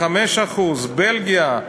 5%. בלגיה,